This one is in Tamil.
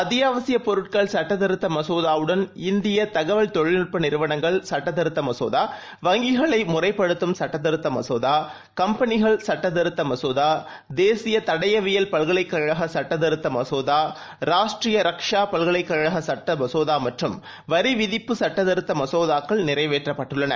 அத்தியாவசியப்பொருட்கள்சட்டத்திருத்தமசோதாவுடன் இந்தியதகவல்தொழில்துட்பநிறுவனங்கள்சட்டத்திருத்தமசோதா வங்கிகளைமுறைப்படுத்தும்சட்டத்திருத்தமசோதா கம்பெனிகள்சட்டத்திருத்தமசோதா ராஷ்ட்ரீயரக் தேசியதடயவியல்பல்கலைக்கழகச்சட்டதிருத்தமசோதா ஷாபல்கலைக்கழகசட்டமசோதாமற்றும்வரிவிதிப்புசட்டத்திருத்தமசோதாக்கள்நிறைவேற்றப் பட்டுள்ளன